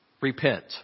Repent